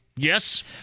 Yes